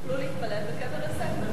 יהודים יוכלו להתפלל בקבר יוסף,